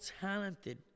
talented